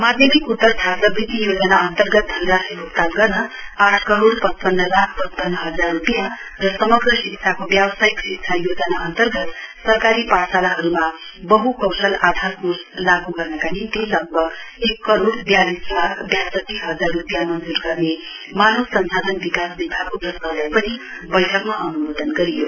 माध्यमिक उत्तर छात्रवृत्ति योजना अन्तर्गत धनराशि भ्क्तान गर्न आठ करोड पचपन्न लाख पचपन्न हजार रूपियाँ र समग्र शिक्षाको व्यवसायिक शिक्षा योजना अन्तर्गत सरकारी पाठशालाहरूमा बह् कौशल आधार कोर्स लागू गर्नका निम्ति लगभग एक करोड बयालिस लाख ब्यासठी हजार रूपियाँ मञ्ज्र गर्ने मानव संसाधन विकास विभागको प्रस्तावलाई पनि बैठकमा अनुमोदन गरियो